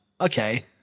Okay